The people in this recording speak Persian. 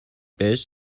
بهش